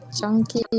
Chunky